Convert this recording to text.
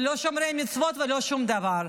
לא שומרי מצוות ולא שום דבר.